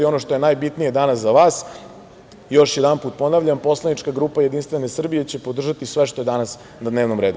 Ono što je najbitnije danas za vas, još jedanput ponavljam, poslanička grupa Jedinstvene Srbije će podržati sve što je danas na dnevnom redu.